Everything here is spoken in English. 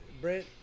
Brent